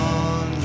on